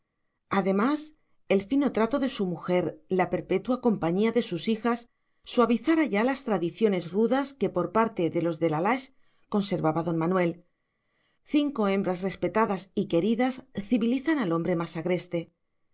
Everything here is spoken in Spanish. además el fino trato de su mujer la perpetua compañía de sus hijas suavizara ya las tradiciones rudas que por parte de los la lage conservaba don manuel cinco hembras respetadas y queridas civilizan al hombre más agreste